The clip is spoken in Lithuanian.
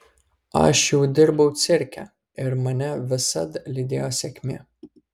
aš jau dirbau cirke ir mane visad lydėjo sėkmė